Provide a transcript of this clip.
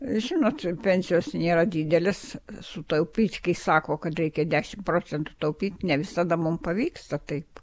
žinot pensijos nėra didelės sutaupyt kai sako kad reikia dešimt procentų taupyt ne visada mum pavyksta taip